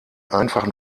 einfachen